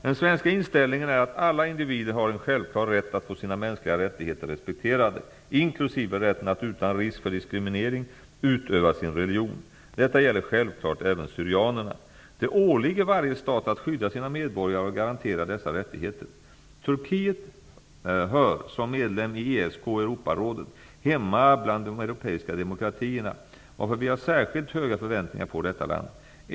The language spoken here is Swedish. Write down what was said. Den svenska inställningen är att alla individer har en självklar rätt att få sina mänskliga rättigheter respekterade, inklusive rätten att utan risk för diskriminering utöva sin religion. Detta gäller självfallet även syrianerna. Det åligger varje stat att skydda sina medborgare och garantera dessa rättigheter. Turkiet hör, som medlem i ESK och Europarådet, hemma bland de europeiska demokratierna, varför vi har särskilt höga förväntningar på detta land.